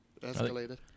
escalated